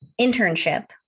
internship